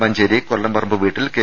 മഞ്ചേരി കൊല്ലംപ്പറമ്പ് വീട്ടിൽ കെ